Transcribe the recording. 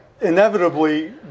inevitably